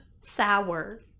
Sour